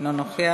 אינו נוכח.